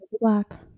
Black